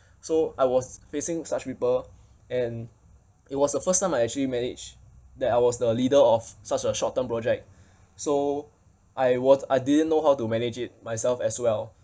so I was facing such people and it was the first time I actually manage that I was the leader of such a short term project so I was I didn't know how to manage it myself as well